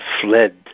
fled